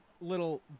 little